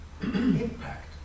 impact